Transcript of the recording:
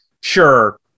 sure